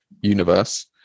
universe